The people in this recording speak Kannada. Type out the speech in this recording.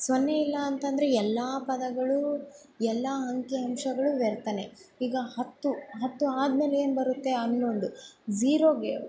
ಸೊನ್ನೆ ಇಲ್ಲಾಂತಂದರೆ ಎಲ್ಲ ಪದಗಳು ಎಲ್ಲ ಅಂಕಿ ಅಂಶಗಳು ವ್ಯರ್ಥ ಈಗ ಹತ್ತು ಹತ್ತು ಆದ್ಮೇಲೆ ಏನು ಬರುತ್ತೆ ಹನ್ನೊಂದು ಜೀರೋಗೆ